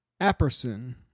Apperson